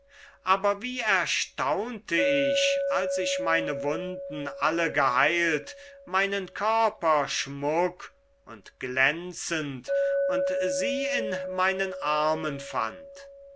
aber wie erstaunte ich als ich meine wunden alle geheilt meinen körper schmuck und glänzend und sie in meinen armen fand